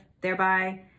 thereby